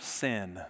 sin